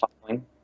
following